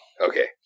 Okay